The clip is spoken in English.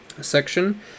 Section